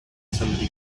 somebody